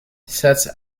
sets